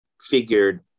figured